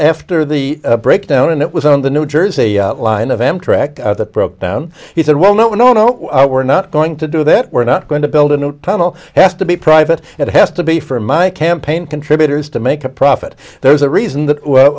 after the break down and it was on the new jersey line of m track that broke down he said well no no no we're not going to do that we're not going to build a new tunnel has to be private it has to be for my campaign contributors to make a profit there's a reason that